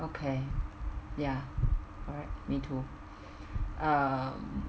okay ya alright me too um